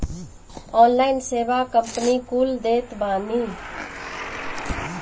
online सेवा company कुल देत बानी